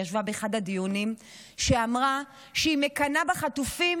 היא ישבה באחד הדיונים ואמרה שהיא מקנאה בחטופים,